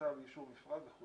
התייעצות עם שר האנרגיה, כי